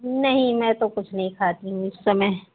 नहीं मैं तो कुछ नहीं खाती हूँ इस समय